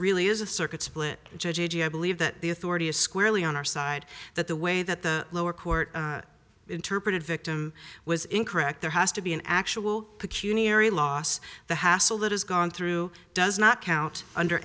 really is a circuit split j g i believe that the authority is squarely on our side that the way that the lower court interpreted victim was incorrect there has to be an actual cuny ery loss the hassle that has gone through does not count under